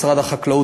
משרד החקלאות,